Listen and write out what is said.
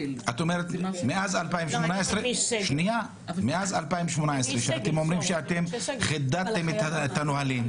את אומרת מאז 2018 שאתם אומרים שאתם חידדתם את הנהלים,